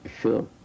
Sure